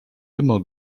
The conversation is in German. immer